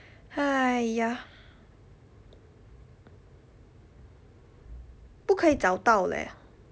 !haiya! 不可以找到 leh